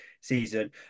season